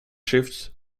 shifts